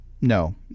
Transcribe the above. No